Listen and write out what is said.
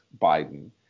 Biden